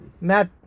Matt